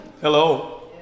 Hello